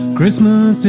Christmas